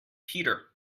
peter